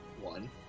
one